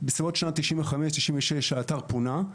בסביבות שנת 1995-1996 האתר פונה.